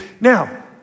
Now